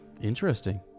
Interesting